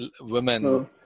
women